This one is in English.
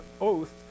oath